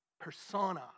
persona